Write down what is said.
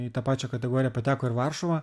į tą pačią kategoriją pateko ir varšuva